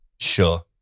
Sure